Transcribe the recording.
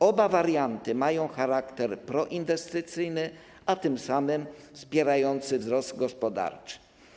Oba warianty mają charakter proinwestycyjny, a tym samym wspierający wzrost gospodarczy.